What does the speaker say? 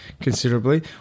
considerably